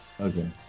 Okay